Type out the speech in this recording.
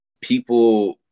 people